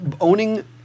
owning